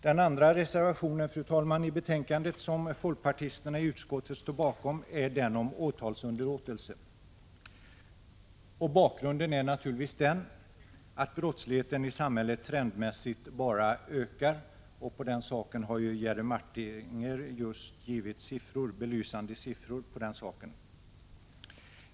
Den andra reservationen i betänkandet som folkpartisterna i utskottet står bakom handlar om åtalsunderlåtelse. Bakgrunden är naturligtvis att brottsligheten i samhället trendmässigt bara ökar. Detta har Jerry Martinger just belyst med siffror.